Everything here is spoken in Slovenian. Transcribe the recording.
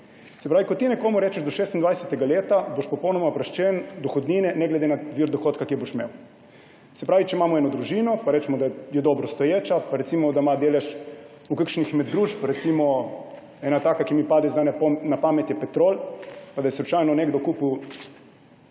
Se pravi, ko ti nekomu rečeš, da bo 26. leta bo popolnoma oproščen dohodnine, ne glede na vir dohodka, ki ga bo imel. Se pravi, če imamo eno družino, pa recimo da je dobro stoječa, ima delež v kakšni od družb, recimo ena taka, ki mi pade zdaj na pamet, je Petrol, pa da je slučajno nekdo kupil